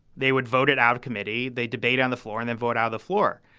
they would vote it out of committee. they debate on the floor and then vote out the floor.